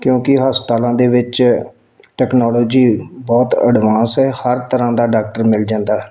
ਕਿਉਂਕਿ ਹਸਪਤਾਲਾਂ ਦੇ ਵਿੱਚ ਟੈਕਨੋਲੋਜੀ ਬਹੁਤ ਅਡਵਾਂਸ ਹੈ ਹਰ ਤਰ੍ਹਾਂ ਦਾ ਡਾਕਟਰ ਮਿਲ ਜਾਂਦਾ